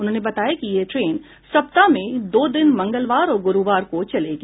उन्होंने बताया कि यह ट्रेन सप्ताह में दो दिन मंगलवार और गुरुवार को चलेगी